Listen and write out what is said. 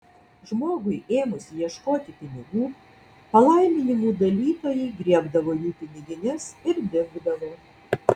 žmogui ėmus ieškoti pinigų palaiminimų dalytojai griebdavo jų pinigines ir dingdavo